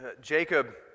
Jacob